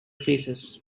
faces